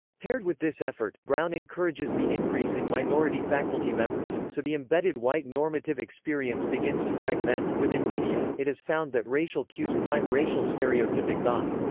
paired with this effort, brown encourages the increase in minority faculty members, so the embedded white normative experience begins to fragment within media, it is found that racial cues prime racial stereotypic thought.